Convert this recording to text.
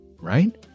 right